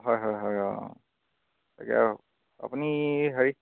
হয় হয় হয় অঁ তাকে আৰু আপুনি হেৰি